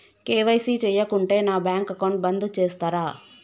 KYC చేయకుంటే నా bank account బంద్ చేస్తరా?